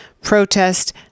protest